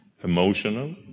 emotional